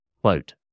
Quote